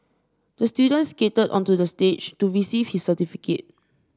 the student skated onto the stage to receive his certificate